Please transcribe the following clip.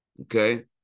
okay